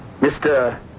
Mr